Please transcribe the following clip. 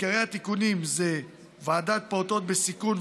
עיקרי התיקונים: ועדת פעוטות בסיכון,